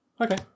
Okay